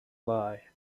lie